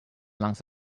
lungs